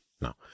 No